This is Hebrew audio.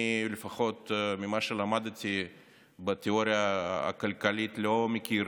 לפחות ממה שלמדתי בתיאוריה הכלכלית אני לא מכיר